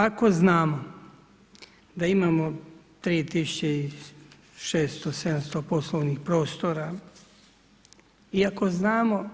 Ako znamo da imamo 3600, 700 poslovnih prostora i ako znamo